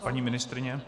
Paní ministryně?